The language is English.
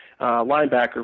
linebacker